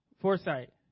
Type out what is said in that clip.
Foresight